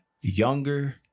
younger